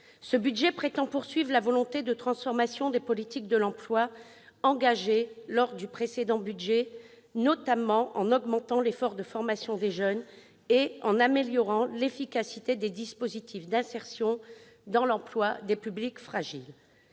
Ce budget prétend poursuivre la dynamique de transformation des politiques de l'emploi engagée dans la précédente loi de finances, en augmentant notamment l'effort de formation des jeunes et en améliorant l'efficacité des dispositifs d'insertion dans l'emploi des publics fragiles,